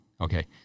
Okay